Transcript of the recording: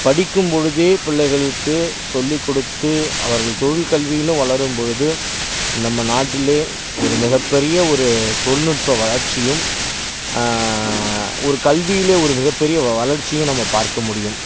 படிக்கும்பொழுதே பிள்ளைகளுக்கு சொல்லிக் கொடுத்து அவர்கள் தொழில் கல்வியில் வளரும்பொழுது நம்ம நாட்டிலே ஒரு மிகப்பெரிய ஒரு தொழில்நுட்ப வளர்ச்சியும் ஒரு கல்வியிலே ஒரு மிகப்பெரிய வ வளர்ச்சியும் நம்ம பார்க்க முடியும்